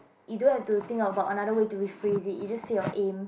you don't have to think about another way to rephrase it you just say your aim